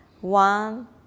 one